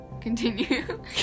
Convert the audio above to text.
Continue